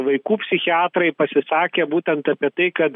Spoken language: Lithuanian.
vaikų psichiatrai pasisakė būtent apie tai kad